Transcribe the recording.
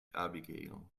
abigail